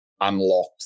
unlocked